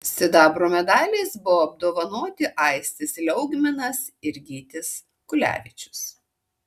sidabro medaliais buvo apdovanoti aistis liaugminas ir gytis kulevičius